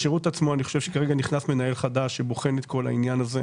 בשירות עצמו אני חושב שנכנס מנהל חדש שבוחן את כל העניין הזה,